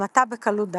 המתה בקלות דעת,